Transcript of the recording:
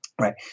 right